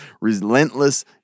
relentless